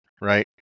right